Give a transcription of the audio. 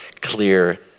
clear